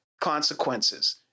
consequences